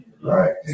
right